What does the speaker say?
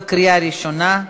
בקריאה ראשונה.